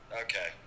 Okay